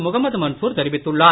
முகமது மன்சூர் தெரிவித்துள்ளார்